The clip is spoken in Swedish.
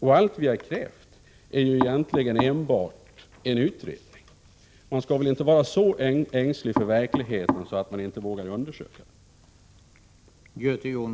Vad vi har krävt är egentligen enbart en utredning. Man skall väl inte vara så ängslig för verkligheten att man inte vågar undersöka den.